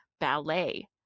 ballet